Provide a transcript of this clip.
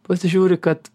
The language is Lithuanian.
pasižiūri kad